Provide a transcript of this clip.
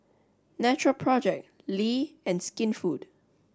natural project Lee and Skinfood